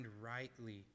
rightly